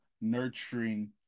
nurturing